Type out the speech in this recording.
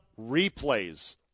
replays